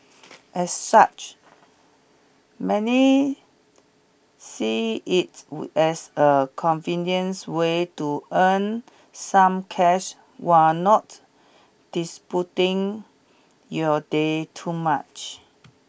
as such many see it as a convenience way to earn some cash while not disrupting your day too much